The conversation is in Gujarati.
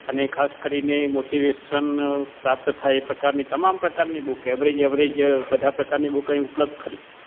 અને ખાસ કરીને મોટીવેશન પ્રાપ્ત થાય એ પ્રકારની તમામ પ્રકારની બુક એવરેજ એવરેજ બધા પ્રકારની બુક અહીં ઉપલબ્ધ ખરી